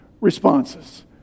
responses